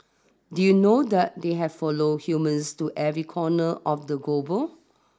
did you know that they have follow humans to every corner of the global